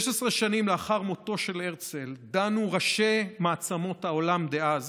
16 שנים לאחר מותו של הרצל דנו ראשי מעצמות העולם דאז